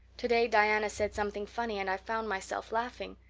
today diana said something funny and i found myself laughing.